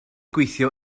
gweithio